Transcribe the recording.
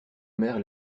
mères